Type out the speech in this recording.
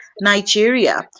Nigeria